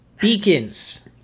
Beacons